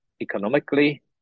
economically